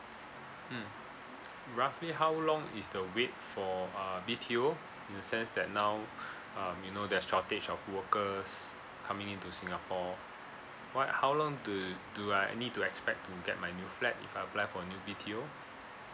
mm roughly how long is the wait for a B_T_O in the sense that now um you know there's shortage of workers coming into singapore what how long do do I need to expect to get my new flat if I apply for a new B_T_O